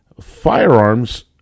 firearms